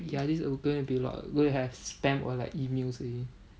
ya this is going to be a lot we're going to have like spam of like emails already